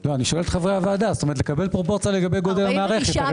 אני שואל את חברי הוועדה כדי לקבל פרופורציה לגבי גודל המערכת.